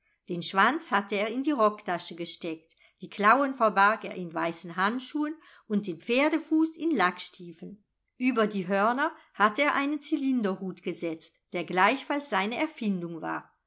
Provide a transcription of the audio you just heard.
den schwanz hatte er in die rocktasche gesteckt die klauen verbarg er in weißen handschuhen und den pferdefuß in lackstiefeln über die hörner hatte er einen zylinderhut gesetzt der gleichfalls seine erfindung war